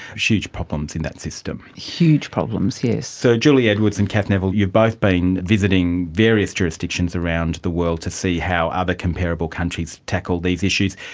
huge problems in that system. huge problems, yes. so, julie edwards and cath neville, you've both been visiting various jurisdictions around the world to see how other comparable countries tackle these issues.